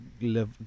live